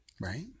Right